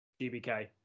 GBK